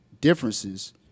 differences